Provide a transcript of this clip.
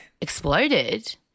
exploded